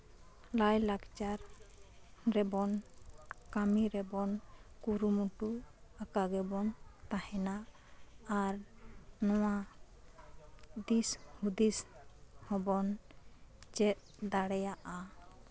ᱞᱟᱭᱼᱞᱟᱠᱪᱟᱨ ᱨᱮᱵᱚᱱ ᱠᱟᱹᱢᱤ ᱨᱮᱵᱚᱱ ᱠᱩᱨᱩᱢᱩᱴᱩ ᱟᱠᱟ ᱜᱮᱵᱚᱱ ᱛᱟᱦᱮᱱᱟ ᱟᱨ ᱱᱚᱣᱟ ᱫᱤᱥ ᱦᱩᱸᱫᱤᱥ ᱦᱩᱵᱚᱱ ᱪᱮᱫ ᱫᱟᱲᱮᱭᱟᱜᱼᱟ